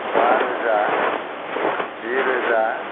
बा रोजा जि रोजा